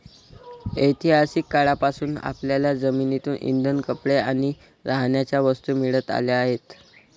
ऐतिहासिक काळापासून आपल्याला जमिनीतून इंधन, कपडे आणि राहण्याच्या वस्तू मिळत आल्या आहेत